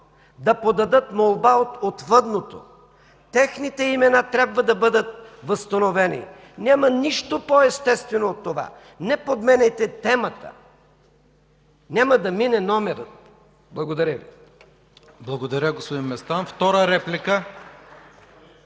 да подадат молба от отвъдното, техните имена трябва да бъдат възстановени. Няма нищо по-естествено от това. Не подменяйте темата. Няма да мине номерът. Благодаря Ви. (Ръкопляскания от ДПС.)